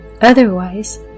Otherwise